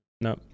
no